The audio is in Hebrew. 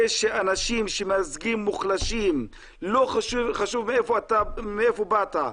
זה שאנשים שמייצגים מוחלשים - לא חשוב מאיפה באת,